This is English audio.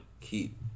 Keep